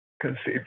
conceived